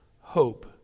hope